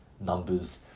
numbers